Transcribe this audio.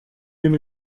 den